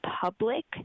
public